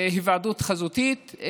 היוועדות חזותית,